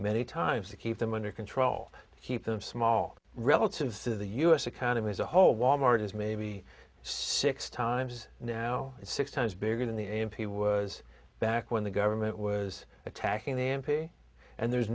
many times to keep them under control keep them small relative to the us economy as a whole wal mart is maybe six times now six times bigger than the m p was back when the government was attacking the m p and there's